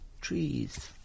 trees